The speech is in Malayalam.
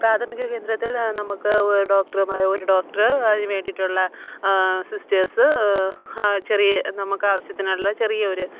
പ്രാഥമിക കേന്ദ്രത്തിൽ നമുക്ക് ഡോക്ടർമാർ ഒരു ഡോക്ടറ് അതിന് വേണ്ടിയിട്ടുള്ള സിസ്റ്റേഴ്സ് ആ ചെറിയ നമുക്ക് ആവശ്യത്തിനുള്ള ചെറിയ ഒരു